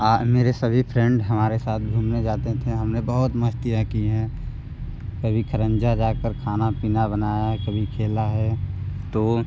और मेरे सभी फ्रेंड हमारे साथ घूमने जाते थे हमने बहुत मस्तियाँ की हैं कभी खरंजा जा कर खाना पीना बनाया है कभी खेला है तो